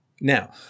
Now